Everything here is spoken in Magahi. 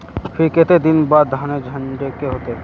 फिर केते दिन बाद धानेर झाड़े के होते?